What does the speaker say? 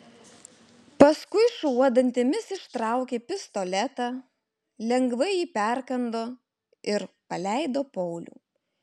paskui šuo dantimis ištraukė pistoletą lengvai jį perkando ir paleido paulių